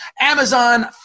Amazon